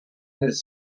his